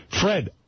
Fred